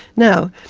now,